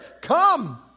Come